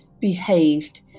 behaved